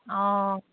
অঁ